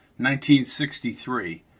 1963